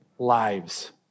lives